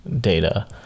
data